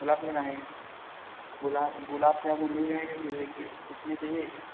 गुलाब के लाए हैं गुलाब गुलाब क्या वह मिल जाएँगे कितने चाहिए थे